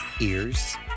ears